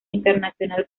internacional